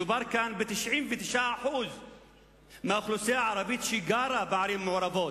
מדובר כאן ב-99% מהאוכלוסייה הערבית שגרה בערים מעורבות,